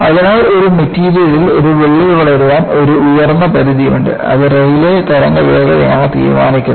അതിനാൽ ഒരു മെറ്റീരിയലിൽ ഒരു വിള്ളൽ വളരാൻ ഒരു ഉയർന്ന പരിധിയുണ്ട് അത് റെയ്ലേ തരംഗ വേഗതയാണ് തീരുമാനിക്കുന്നത്